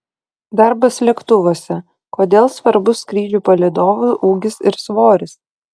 darbas lėktuvuose kodėl svarbus skrydžių palydovų ūgis ir svoris